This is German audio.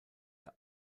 der